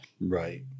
Right